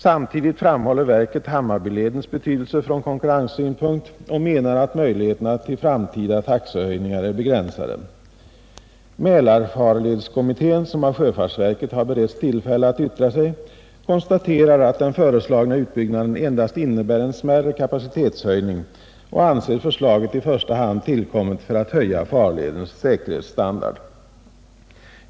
Samtidigt framhåller verket Hammarbyledens betydelse från konkurrenssynpunkt och menar att möjligheterna till framtida taxehöjningar är begränsade. Mälarfarledskommittén, som av sjöfartsverket har beretts tillfälle att yttra sig, konstaterar att den föreslagna utbyggnaden endast innebär en smärre kapacitetshöjning och anser förslaget i första hand tillkommet för att höja farledens säkerhetsstandard.